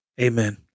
Amen